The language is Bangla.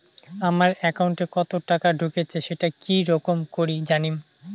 আমার একাউন্টে কতো টাকা ঢুকেছে সেটা কি রকম করি জানিম?